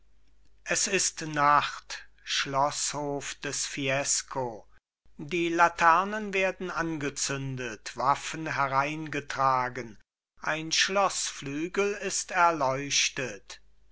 es ist nacht schloßhof des fiesco die laternen werden angezündet waffen hereingetragen ein schloßflügel ist erleuchtet